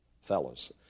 fellows